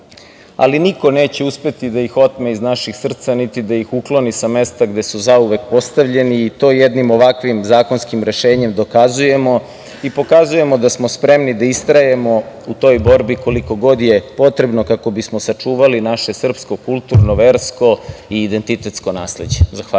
ali niko neće uspeti da ih otme iz naših srca, niti da ih ukloni sa mesta gde su zauvek postavljeni i to je jednim ovakvim zakonskim rešenjem dokazujemo. Pokazujemo da smo spremni da istrajemo u toj borbi koliko god je potrebno, kako bismo sačuvali naše srpsko, kulturno, versko i identitetsko nasleđe.